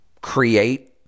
create